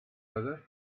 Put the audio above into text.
other